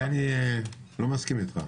בזה אני לא מסכים איתך.